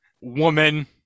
woman